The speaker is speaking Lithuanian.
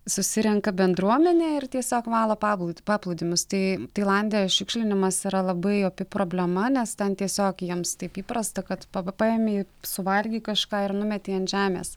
susirenka bendruomenė ir tiesiog valo pablud paplūdimius tai tailande šiukšlinimas yra labai opi problema nes ten tiesiog jiems taip įprasta kad pa paėmei suvalgei kažką ir numetei ant žemės